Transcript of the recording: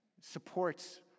supports